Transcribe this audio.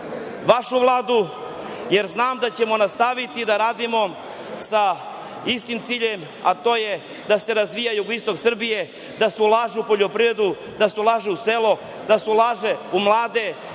vašu Vladu jer znam da ćemo nastaviti da radimo sa istim ciljem, a to je da se razvija jugoistok Srbije, da se ulaže u poljoprivredu, da se ulaže u selo, da se ulaže u mlade,